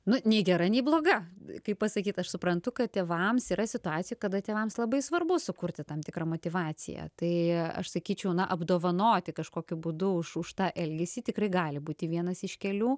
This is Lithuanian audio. nu nei gera nei bloga kaip pasakyt aš suprantu kad tėvams yra situacija kada tėvams labai svarbu sukurti tam tikrą motyvaciją tai aš sakyčiau na apdovanoti kažkokiu būdu už už tą elgesį tikrai gali būti vienas iš kelių